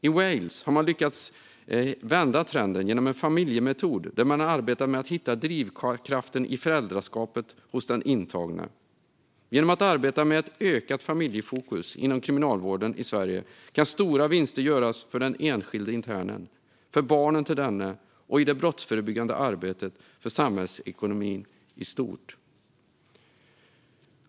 I Wales har man lyckats vända trenden genom en familjemetod där man arbetar med att hitta drivkraften i föräldraskapet hos den intagne. Genom att arbeta med ett ökat familjefokus inom kriminalvården i Sverige kan stora vinster göras för den enskilde internen, för barnen till denne och i det brottsförebyggande arbetet och för samhällsekonomin i stort.